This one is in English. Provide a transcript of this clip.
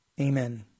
Amen